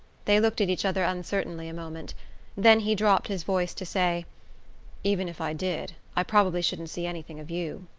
they looked at each other uncertainly a moment then he dropped his voice to say even if i did, i probably shouldn't see anything of you.